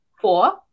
four